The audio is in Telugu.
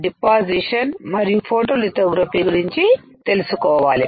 డిపాజిషన్ మరియు ఫోటోలితోగ్రఫీ గురించి తెలుసుకోవాలి